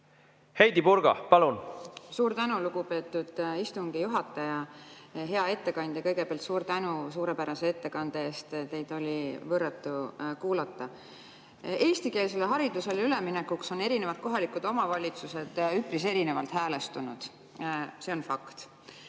Heidy Purga, palun! Suur tänu, lugupeetud istungi juhataja! Hea ettekandja, kõigepealt suur tänu suurepärase ettekande eest! Teid oli võrratu kuulata. Eestikeelsele haridusele üleminekuks on kohalikud omavalitsused üpris erinevalt häälestunud. See on fakt.